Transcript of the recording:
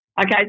Okay